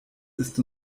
ist